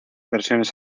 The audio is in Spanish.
versiones